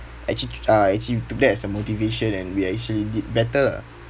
actua~ uh actually took to that as a motivation and we actually did better lah